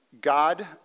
God